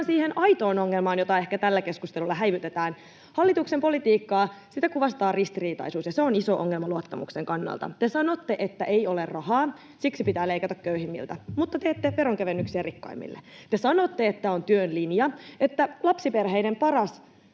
siihen aitoon ongelmaan, jota ehkä tällä keskustelulla häivytetään. Hallituksen politiikkaa kuvastaa ristiriitaisuus, ja se on iso ongelma luottamuksen kannalta. Te sanotte, että ei ole rahaa ja siksi pitää leikata köyhimmiltä, mutta teette veronkevennyksiä rikkaimmille. Te sanotte, että on työn linja, että lapsiperheiden paras